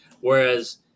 whereas